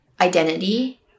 identity